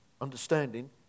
understanding